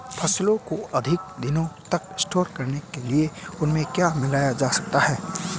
फसलों को अधिक दिनों तक स्टोर करने के लिए उनमें क्या मिलाया जा सकता है?